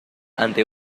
ante